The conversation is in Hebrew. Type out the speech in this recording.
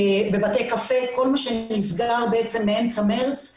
כל המקומות שנסגרו ממארס.